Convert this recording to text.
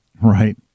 Right